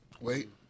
Wait